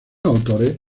autores